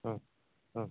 ಹಾಂ ಹಾಂ